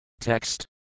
Text